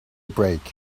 break